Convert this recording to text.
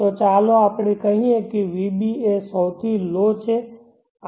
તો ચાલો આપણે કહીએ કે vb એ સૌથી લો છે આ એક છે